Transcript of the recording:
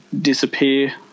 disappear